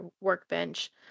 workbench